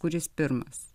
kuris pirmas